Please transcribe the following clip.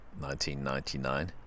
1999